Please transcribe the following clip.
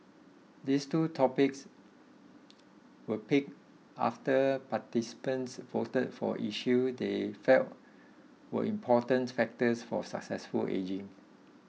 these two topics were picked after participants voted for issues they felt were important factors for successful ageing